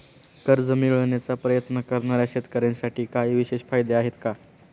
कर्ज मिळवण्याचा प्रयत्न करणाऱ्या शेतकऱ्यांसाठी काही विशेष फायदे आहेत का?